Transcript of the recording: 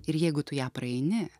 ir jeigu tu ją praeini